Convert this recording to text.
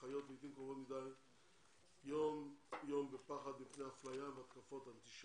חיות יום יום בפחד מבחינת אפליה והתקפות אנטישמיות.